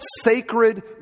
sacred